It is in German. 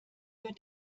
hört